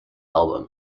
album